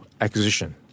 acquisition